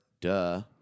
Duh